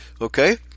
Okay